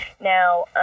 now